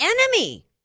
enemy